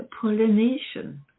Polynesian